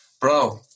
Bro